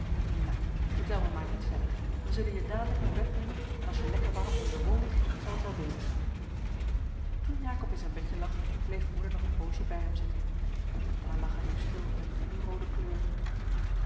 nou vertel me maar niet verder we zullen je dadelijk naar bed brengen en als je lekker warm onder de wol ligt zal t wel beter gaan toen jacob in zijn bedje lag bleef moeder nog een poosje bij hem zitten daar lag hij nu stil met een vuurroode kleur